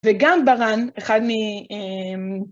‫וגם ברן, אחד מ...